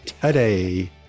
today